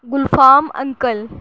Gulfam uncle